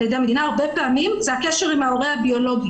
ידי המדינה הוא הרבה פעמים הקשר עם ההורה הביולוגי.